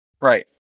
Right